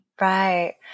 Right